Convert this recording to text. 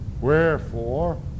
wherefore